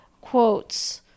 quotes